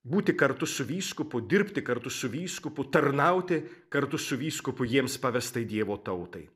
būti kartu su vyskupu dirbti kartu su vyskupu tarnauti kartu su vyskupu jiems pavestai dievo tautai